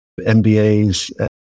mbas